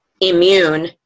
immune